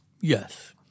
Yes